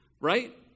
right